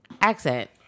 accent